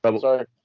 Sorry